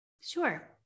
Sure